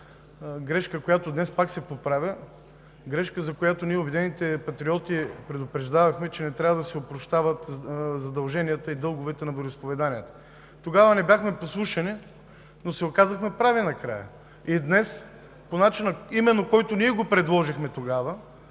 грешка, която днес пак се поправя; грешка, за която ние „Обединените патриоти“ предупреждавахме, че не трябва да се опрощават задълженията и дълговете на вероизповеданията. Тогава не бяхме послушани, но се оказахме прави накрая по начина именно, който ние го предложихме – да